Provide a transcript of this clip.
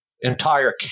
entire